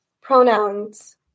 Pronouns